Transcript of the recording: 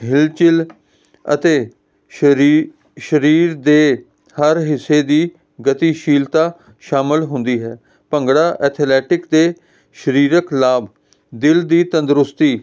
ਹਲਚਲ ਅਤੇ ਸਰੀਰ ਦੇ ਹਰ ਹਿੱਸੇ ਦੀ ਗਤੀਸ਼ੀਲਤਾ ਸ਼ਾਮਿਲ ਹੁੰਦੀ ਹੈ ਭੰਗੜਾ ਐਥਲੈਟਿਕ ਦੇ ਸਰੀਰਕ ਲਾਭ ਦਿਲ ਦੀ ਤੰਦਰੁਸਤੀ